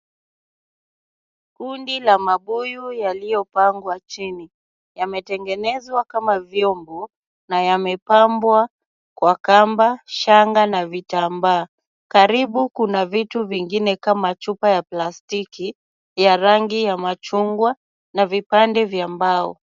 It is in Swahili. Kundi la mabuyu yaliyopangwa chini yametengenezwa kama vyombo na yamepambwa kwa kamba, shanga na vitambaa. Karibu kuna vitu vingine kama chupa ya plastiki ya rangi ya machungwa na vipande vya mbao.